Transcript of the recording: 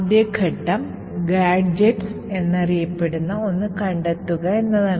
ആദ്യ ഘട്ടം ഗാഡ്ജെറ്റുകൾ എന്നറിയപ്പെടുന്ന ഒന്ന് കണ്ടെത്തുക എന്നതാണ്